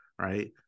right